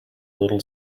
little